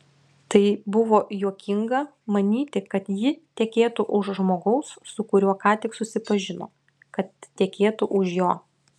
tai buvo juokinga manyti kad ji tekėtų už žmogaus su kuriuo ką tik susipažino kad tekėtų už jo